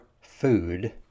food